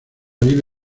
vive